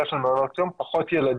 במקרה של מעונות היום זה פחות ילדים,